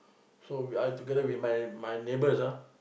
so we are together with my my neighbours ah